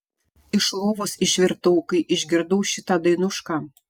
iš lovos išvirtau kai išgirdau šitą dainušką